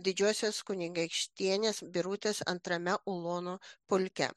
didžiosios kunigaikštienės birutės antrame ulonų pulke